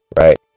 right